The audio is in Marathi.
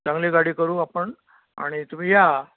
चांगली गाडी करू आपण आणि तुम्ही या